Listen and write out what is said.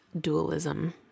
dualism